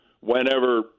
whenever